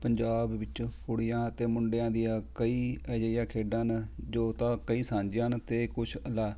ਪੰਜਾਬ ਵਿੱਚ ਕੁੜੀਆਂ ਅਤੇ ਮੁੰਡਿਆਂ ਦੀਆਂ ਕਈ ਅਜਿਹੀਆਂ ਖੇਡਾਂ ਹਨ ਜੋ ਤਾਂ ਕਈ ਸਾਂਝੀਆਂ ਹਨ ਅਤੇ ਕੁਝ ਅਲੱਗ